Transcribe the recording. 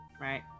right